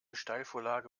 steilvorlage